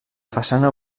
façana